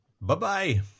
Bye-bye